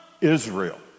Israel